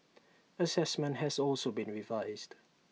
Assessment has also been revised